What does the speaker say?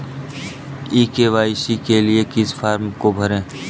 ई KYC के लिए किस फ्रॉम को भरें?